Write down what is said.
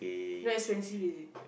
very expensive is it